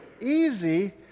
easy